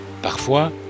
Parfois